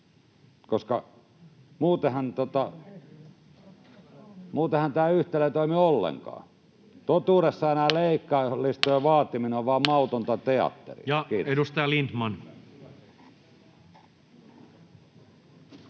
Muutenhan tämä yhtälö ei toimi ollenkaan. Totuudessaan tämä leikkauslistojen vaatiminen on vain mautonta teatteria. — Kiitos.